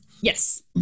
Yes